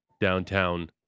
downtown